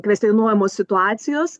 kvestionuojamos situacijos